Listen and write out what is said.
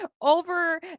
over